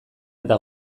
eta